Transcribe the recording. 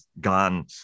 gone